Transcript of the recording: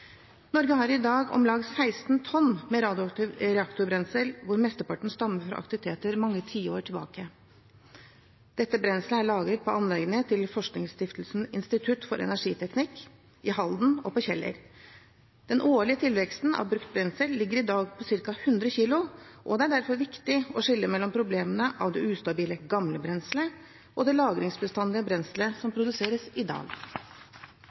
Norge har i dag om lag 16 tonn brukt radioaktivt reaktorbrensel, hvor mesteparten stammer fra aktivitet mange tiår tilbake. Dette brenselet er lagret på anleggene til forskningsstiftelsen Institutt for energiteknikk i Halden og på Kjeller. Den årlige tilveksten av brukt brensel ligger i dag på ca. 100 kg, og det er derfor viktig å skille mellom problemene med det ustabile, gamle brenselet og det lagringsbestandige brenselet som produseres i dag.